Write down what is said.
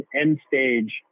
end-stage